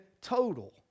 total